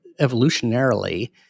evolutionarily